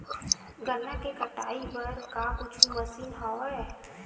गन्ना के कटाई बर का कुछु मशीन हवय?